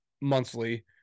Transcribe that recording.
monthly